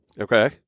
Okay